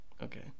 Okay